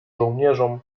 żołnierzom